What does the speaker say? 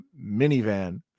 minivan